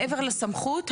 מעבר לסמכות,